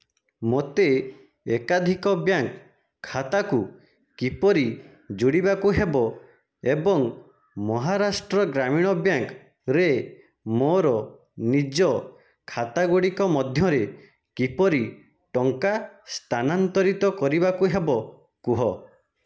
ମୋତେ ଏକାଧିକ ବ୍ୟାଙ୍କ ଖାତାକୁ କିପରି ଯୋଡ଼ିବାକୁ ହେବ ଏବଂ ମହାରାଷ୍ଟ୍ର ଗ୍ରାମୀଣ ବ୍ୟାଙ୍କରେ ମୋର ନିଜ ଖାତାଗୁଡ଼ିକ ମଧ୍ୟରେ କିପରି ଟଙ୍କା ସ୍ଥାନାନ୍ତରିତ କରିବାକୁ ହେବ କୁହ